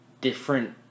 different